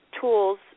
tools